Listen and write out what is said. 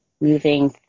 moving